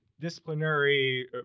disciplinary